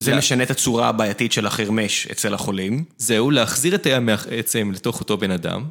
זה משנה את הצורה הבעייתית של החרמש אצל החולים. זהו להחזיר את תאי המח עצם לתוך אותו בן אדם.